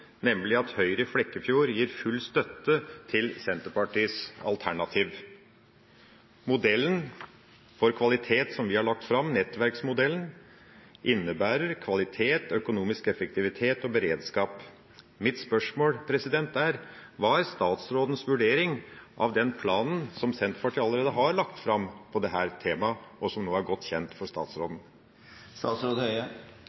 nemlig at Høyre i Flekkefjord gir full støtte til Senterpartiets alternativ. Modellen som vi har lagt fram – nettverksmodellen – innebærer kvalitet, økonomisk effektivitet og beredskap. Mitt spørsmål er: Hva er statsrådens vurdering av den planen som Senterpartiet allerede har lagt fram på dette temaet, og som nå er godt kjent for